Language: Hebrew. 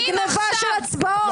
זאת גניבה של הצבעות.